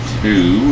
two